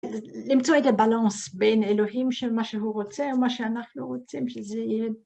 למצוא איזה בלאנס בין אלוהים של מה שהוא רוצה ומה שאנחנו רוצים שזה יהיה.